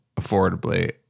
affordably